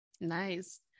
Nice